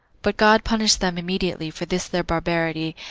but god punished them immediately for this their barbarity,